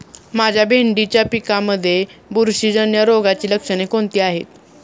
माझ्या भेंडीच्या पिकामध्ये बुरशीजन्य रोगाची लक्षणे कोणती आहेत?